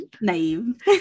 Naive